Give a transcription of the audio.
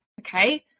okay